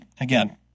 again